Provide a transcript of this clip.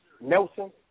Nelson